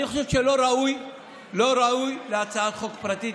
אני חושב שזה לא ראוי להצעת חוק פרטית.